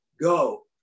go